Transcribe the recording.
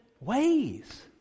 ways